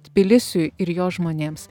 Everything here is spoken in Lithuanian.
tbilisiui ir jo žmonėms